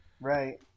Right